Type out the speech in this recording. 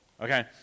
Okay